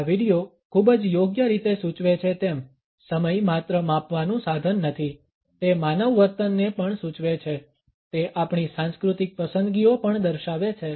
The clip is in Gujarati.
આ વિડીયો ખૂબ જ યોગ્ય રીતે સૂચવે છે તેમ સમય માત્ર માપવાનું સાધન નથી તે માનવ વર્તનને પણ સૂચવે છે તે આપણી સાંસ્કૃતિક પસંદગીઓ પણ દર્શાવે છે